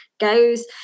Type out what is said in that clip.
goes